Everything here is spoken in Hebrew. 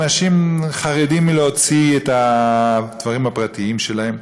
אנשים חרדים מלהוציא את הדברים הפרטיים שלהם.